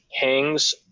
hangs